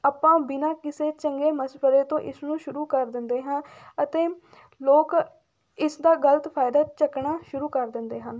ਆਪਾਂ ਬਿਨਾਂ ਕਿਸੇ ਚੰਗੇ ਮਸ਼ਵਰੇ ਤੋਂ ਇਸਨੂੰ ਸ਼ੁਰੂ ਕਰ ਦਿੰਦੇ ਹਾਂ ਅਤੇ ਲੋਕ ਇਸ ਦਾ ਗਲਤ ਫਾਇਦਾ ਚੱਕਣਾ ਸ਼ੁਰੂ ਕਰ ਦਿੰਦੇ ਹਨ